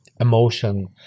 emotion